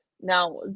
Now